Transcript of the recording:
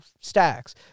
stacks